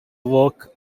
work